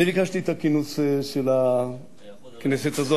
אני ביקשתי את הכינוס של הכנסת הזאת,